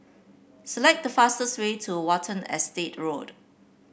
select the fastest way to Watten Estate Road